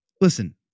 listen